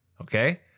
okay